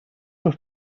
were